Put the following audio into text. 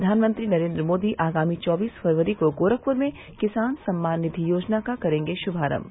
प्रधानमंत्री नरेन्द्र मोदी आगामी चौबीस फरवरी को गोरखपुर में किसान सम्मान निधि योजना का करेंगे शुभारम्भ